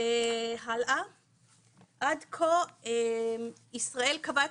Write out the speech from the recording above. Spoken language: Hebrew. בשקף הבא נראה שעד כה ישראל קבעה את